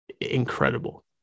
incredible